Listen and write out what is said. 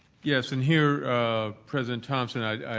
yes, and here president thomson i'd